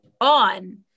on